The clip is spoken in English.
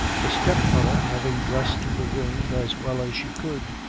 the step-mother having dressed the wound as well as she could,